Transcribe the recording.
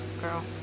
girl